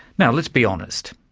now, let's be honest,